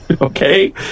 Okay